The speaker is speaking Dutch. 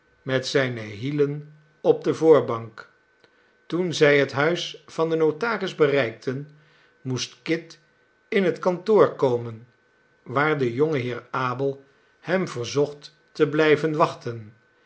met zijne hielen op de voorbank toen zij het huis van den notaris bereikten moest kit in het kantoor komen waar de jonge heer abel hem verzocht te blijven wachten